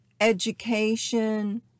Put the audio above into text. education